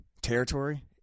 territory